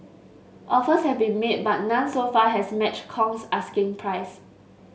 offers have been made but none so far has matched Kong's asking price